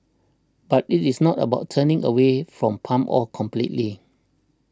but it is not about turning away from palm oil completely